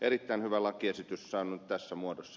erittäin hyvä lakiesitys tässä muodossa